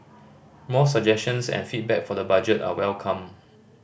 more suggestions and feedback for the budget are welcome